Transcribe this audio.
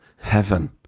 Heaven